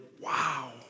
wow